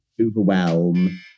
overwhelm